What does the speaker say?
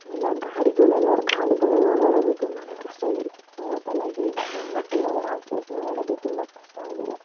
ಇಲ್ಲ ಗಾಡಿಗಳಲ್ಲಿ ಓಡ ಗಾಡಿಗಳಲ್ಲಿ ಓಡಾಡೋದು ತುಂಬಾನೇ ಕಷ್ಟ ಟೋಟಲ್ಲಾಗಿ ಹೆಣ್ಣುಮಕ್ಕಳು ಇವಾಗ ರಾತ್ರಿ ಹೊತ್ತು ಓಡಾಡೋದು ತುಂಬ ಕಷ್ಟ ಆಗಿದೆ